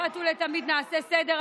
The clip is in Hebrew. אחת ולתמיד נעשה סדר.